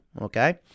okay